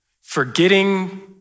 forgetting